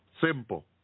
Simple